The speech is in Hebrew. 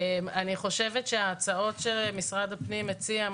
לעניין ההצעות שמשרד הפנים הציע,